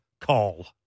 call